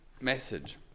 message